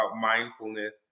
mindfulness